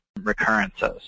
recurrences